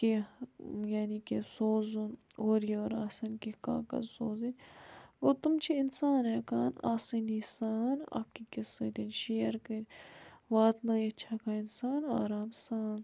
کیٚنٛہہ یعنی کہِ سوزُن اورٕ یور آسان کیٚنٛہہ کاغذ سوزٕنۍ گوٚو تِم چھُ اِنسان ہیٚکان آسٲنی سان اَکھ أکِس سۭتۍ شِیر کٔرِتھ واتنٲیِتھ چھُ ہیٚکان اِنسان آرام سان